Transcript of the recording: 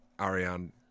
Ariane